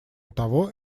того